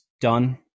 done